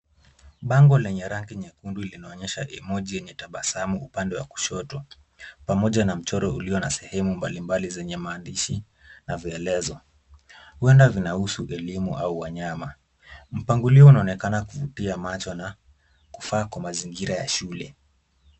Bango lenye rangi nyekundu linaonyesha emoji yenye tabasamu upande wa kushoto pamoja na mchoro uliona sehemu mbalimbali zenye maandishi na vielezo. Huenda vinahusu elimu au wanyama. Mpangilio unaonekana kuvutia macho na kufaa kwa mazingira ya shule.